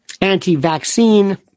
anti-vaccine